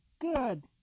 good